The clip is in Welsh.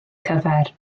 cyfer